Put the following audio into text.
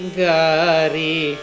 gari